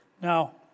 Now